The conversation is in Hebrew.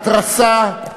התרסה,